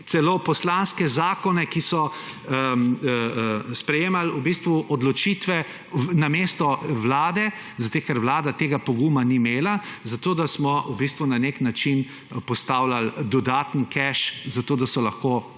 celo poslanske zakone, ki so sprejemali v bistvu odločitve namesto vlade, ker vlada tega poguma ni imela, zato da smo v bistvu na nek način postavljali dodatni keš, da so lahko